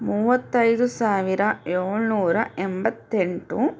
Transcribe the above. ಮೂವತ್ತೈದು ಸಾವಿರ ಏಳ್ನೂರ ಎಂಬತ್ತೆಂಟು